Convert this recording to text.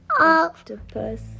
Octopus